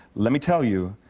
let me tell you,